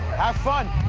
have fun!